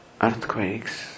earthquakes